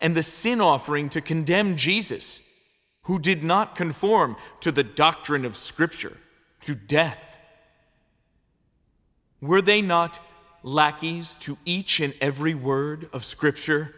and the sin offering to condemn jesus who did not conform to the doctrine of scripture through debt were they not lackies to each and every word of scripture